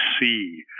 see